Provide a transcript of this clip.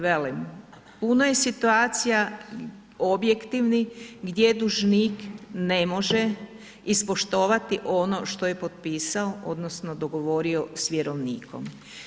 Velim, puno je situacija objektivnih gdje dužnik ne može ispoštovati ono što je potpisao odnosno dogovorio s vjerovnikom.